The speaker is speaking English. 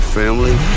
family